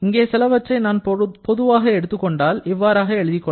இங்கே சிலவற்றை நான் பொதுவாக எடுத்துக் கொண்டால் இவ்வாறாக எழுதிக் கொள்ளலாம்